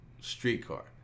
streetcar